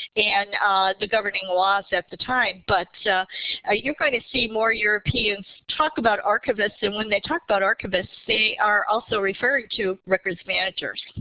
and the governing laws at the time. but so ah you're going to see more europeans talk about archivists. and when they talk about archivists they are also referring to records managers.